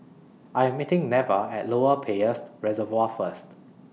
I Am meeting Neva At Lower Peirce Reservoir First